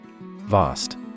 VAST